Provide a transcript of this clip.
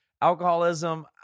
alcoholism